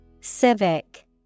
Civic